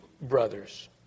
brothers